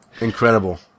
Incredible